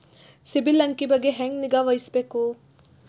ಸಿಬಿಲ್ ಅಂಕಿ ಬಗ್ಗೆ ಹೆಂಗ್ ನಿಗಾವಹಿಸಬೇಕು?